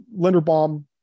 Linderbaum